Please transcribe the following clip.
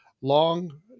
long